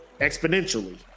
exponentially